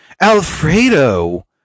Alfredo